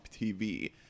TV